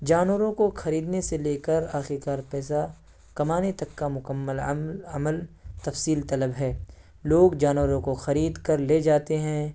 جانوروں کو خریدنے سے لے کر آخر کار پیسہ کمانے تک كا مکمل عمل عمل تفصیل طلب ہے لوگ جانوروں کو خرید کر لے جاتے ہیں